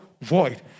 void